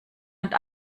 und